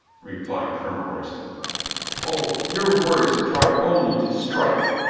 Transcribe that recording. replied colonel roy ston. oh, your words try only to strike!